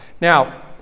Now